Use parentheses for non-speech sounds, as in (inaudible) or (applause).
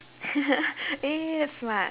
(laughs) eh that's smart